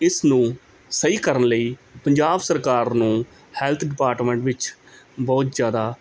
ਇਸ ਨੂੰ ਸਹੀ ਕਰਨ ਲਈ ਪੰਜਾਬ ਸਰਕਾਰ ਨੂੰ ਹੈਲਥ ਡਿਪਾਰਟਮੈਂਟ ਵਿੱਚ ਬਹੁਤ ਜ਼ਿਆਦਾ